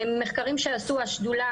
מחקרים שעשו השדולה